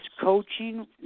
coaching